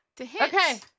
Okay